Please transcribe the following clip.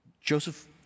Joseph